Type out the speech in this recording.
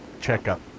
checkup